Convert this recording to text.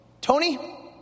Tony